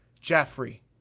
Jeffrey